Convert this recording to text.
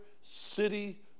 city